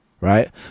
right